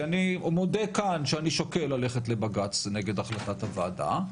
כי אני מודה כאן שאני שוקל ללכת לבג"צ נגד החלטת הוועדה,